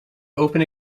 open